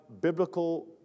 biblical